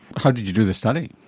how did you do the study?